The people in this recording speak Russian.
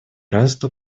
равенства